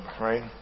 right